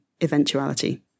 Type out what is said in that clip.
eventuality